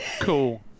cool